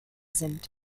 sind